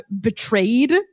betrayed